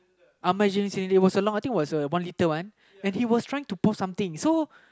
emergency and it was a lot I think it was a one liter one and he was trying to pour something so